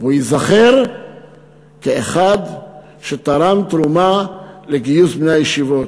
והוא ייזכר כאחד שתרם תרומה לגיוס בני הישיבות.